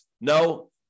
No